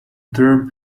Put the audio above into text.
term